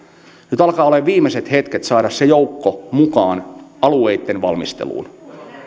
nyt alkaa olemaan viimeiset hetket saada se joukko mukaan alueitten valmisteluun